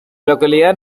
localidad